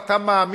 שבה אתה מאמין,